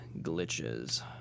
glitches